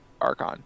archon